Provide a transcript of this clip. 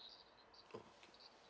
okay